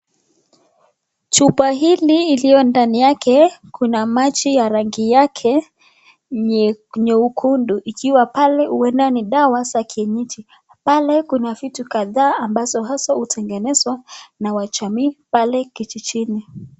Chupa hili iliyo ndani yake kuna maji ya rangi yake nyekundu ikiwa pale huenda ni dawa za kienyeji pale kuna vitu kadha ambazo haswa hutengenezwa na wajamii pale kijijini.